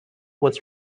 was